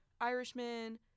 Irishman